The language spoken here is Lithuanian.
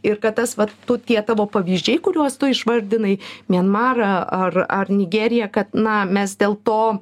ir kad tas vat tu tie tavo pavyzdžiai kuriuos tu išvardinai mianmarą ar ar nigeriją kad na mes dėl to